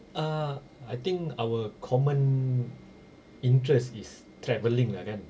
err I think our common interest is travelling lah kan